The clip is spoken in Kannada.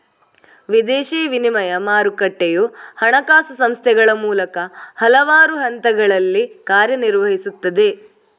ವಿದೇಶಿ ವಿನಿಮಯ ಮಾರುಕಟ್ಟೆಯು ಹಣಕಾಸು ಸಂಸ್ಥೆಗಳ ಮೂಲಕ ಹಲವಾರು ಹಂತಗಳಲ್ಲಿ ಕಾರ್ಯ ನಿರ್ವಹಿಸುತ್ತದೆ